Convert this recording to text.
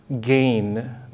Gain